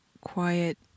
quiet